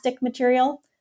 material